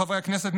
חברי הכנסת,